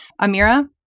Amira